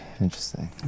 Interesting